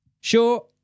Sure